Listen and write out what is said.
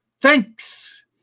Thanks